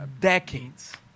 decades